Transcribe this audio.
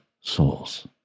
souls